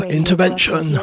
intervention